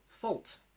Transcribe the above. fault